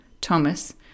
Thomas